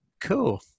cool